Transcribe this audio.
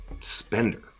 spender